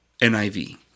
NIV